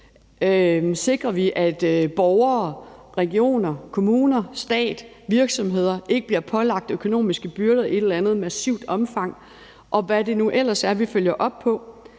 sikrer, at borgere, regioner, kommuner, stat og virksomheder ikke bliver pålagt økonomiske byrder i et eller andet massivt omfang; og hvad det nu ellers er vi følger op på;